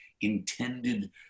intended